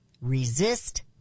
resist